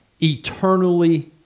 eternally